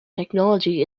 technology